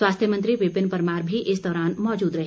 स्वास्थ्य मंत्री विपिन परमार भी इस दौरान मौजूद रहे